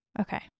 Okay